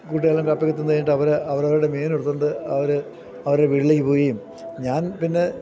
കുട്ടുകാരെല്ലാം കപ്പയൊക്കെ തിന്നുകഴിഞ്ഞിട്ട് അവര് അവരവരുടെ മീൻ എടുത്തുകൊണ്ട് അവര് അവരുടെ വീട്ടിലേക്കു പോവുകയും ഞാൻ പിന്നെ